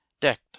decked